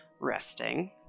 resting